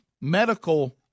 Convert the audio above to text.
medical